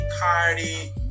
Cardi